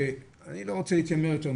אני לא רוצה להתיימר יותר מזה,